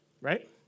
Right